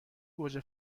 گوجه